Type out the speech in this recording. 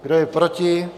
Kdo je proti?